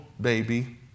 baby